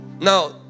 Now